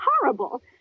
horrible